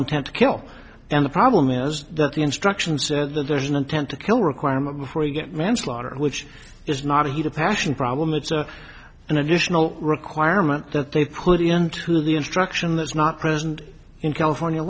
intent to kill and the problem is that the instructions said that there's an intent to kill requirement before you get manslaughter which is not a heat of passion problem it's a an additional requirement that they put into the instruction that's not present in california